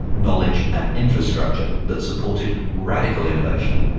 knowledge and infrastructure that supported radical innovation.